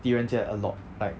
狄仁杰 a lot like